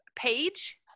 page